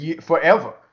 forever